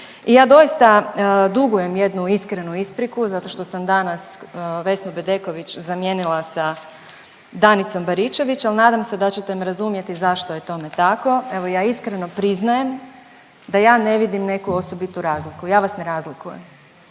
I ja doista dugujem jednu iskrenu ispriku zato što sam danas Vesnu Bedeković zamijenila sa Danicom Baričević, ali nadam se da ćete me razumjeti zašto je tome tako, evo ja iskreno priznajem da ja ne vidim neku osobitu razliku, ja vas ne razlikujem.